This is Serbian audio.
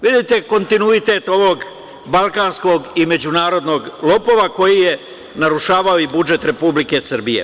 Vidite kontinuitet ovog balkanskog i međunarodnog lopova koji je narušavao budžet Republike Srbije.